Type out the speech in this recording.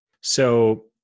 So-